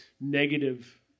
negative